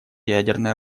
ядерное